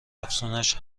افزونش